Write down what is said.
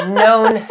known